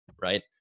right